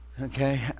Okay